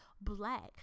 black